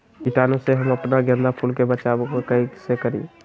कीटाणु से हम अपना गेंदा फूल के बचाओ कई से करी?